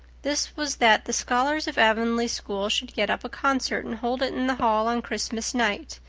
this was that the scholars of avonlea school should get up a concert and hold it in the hall on christmas night,